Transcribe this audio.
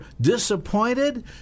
disappointed